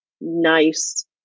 nice